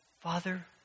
Father